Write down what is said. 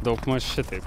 daugmaž šitaip